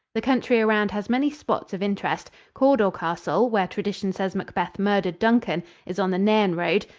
the country around has many spots of interest. cawdor castle, where tradition says macbeth murdered duncan, is on the nairn road,